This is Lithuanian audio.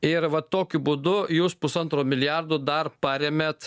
ir va tokiu būdu jūs pusantro milijardo dar paremiat